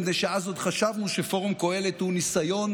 מפני שאז עוד חשבנו שפורום קהלת הוא ניסיון